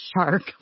shark